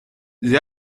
they